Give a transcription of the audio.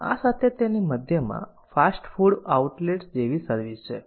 આ સાતત્યની મધ્યમાં ફાસ્ટ ફૂડ આઉટલેટ જેવી સર્વિસ છે